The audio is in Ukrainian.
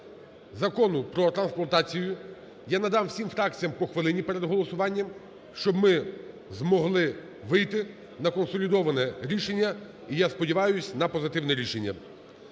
Закону про трансплантацію, я надам всім фракціям по хвилині перед голосуванням, щоб ми змогли вийти на консолідоване рішення і, я сподіваюсь, на позитивне рішення.